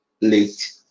late